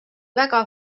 väga